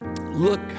look